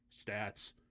stats